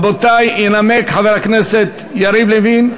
ינמק חבר הכנסת יריב לוין.